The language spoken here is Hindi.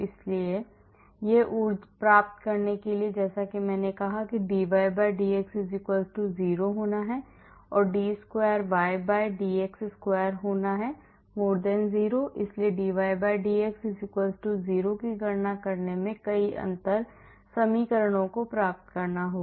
इसलिए यह प्राप्त करने के लिए कि जैसे मैंने कहा dydx 0 होना है और d square y by dx square होना चाहिए 0 इसलिए इस dydx 0 की गणना करने में कई अंतर समीकरणों को प्राप्त करना होगा